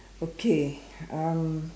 okay um